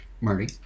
Marty